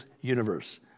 universe